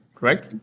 right